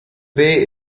bay